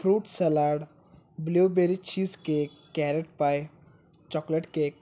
fruit salad blueberry cheese cake carrot pie chocolate cake